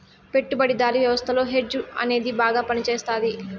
పెట్టుబడిదారీ వ్యవస్థలో హెడ్జ్ అనేది బాగా పనిచేస్తది